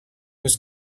was